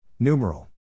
Numeral